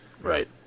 Right